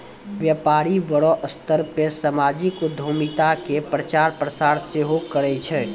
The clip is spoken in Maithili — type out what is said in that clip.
व्यपारी बड़ो स्तर पे समाजिक उद्यमिता के प्रचार प्रसार सेहो करै छै